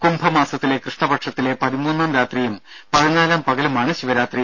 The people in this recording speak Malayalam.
കുംഭമാസത്തിലെ കൃഷ്ണപക്ഷത്തിലെ പതിമൂന്നാം രാത്രിയും പതിനാലാം പകലുമാണ് ശിവരാത്രി